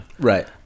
Right